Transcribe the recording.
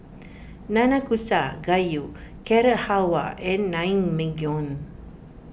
Nanakusa Gayu Carrot Halwa and Naengmyeon